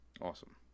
Awesome